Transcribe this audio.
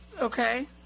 Okay